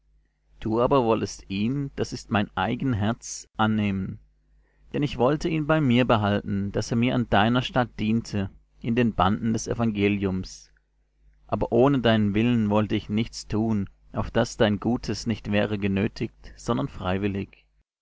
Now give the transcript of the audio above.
du aber wollest ihn das ist mein eigen herz annehmen denn ich wollte ihn bei mir behalten daß er mir an deiner statt diente in den banden des evangeliums aber ohne deinen willen wollte ich nichts tun auf daß dein gutes nicht wäre genötigt sondern freiwillig